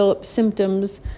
symptoms